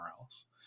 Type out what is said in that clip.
else